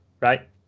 right